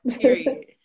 Period